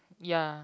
ya